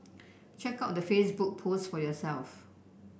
check out the Facebook post for yourself